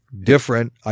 different